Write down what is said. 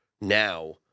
now